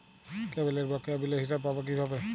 কেবলের বকেয়া বিলের হিসাব পাব কিভাবে?